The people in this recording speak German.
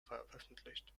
veröffentlicht